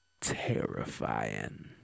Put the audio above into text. terrifying